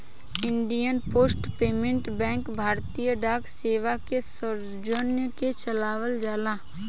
Indian post payment bank भारतीय डाक सेवा के सौजन्य से चलावल जाला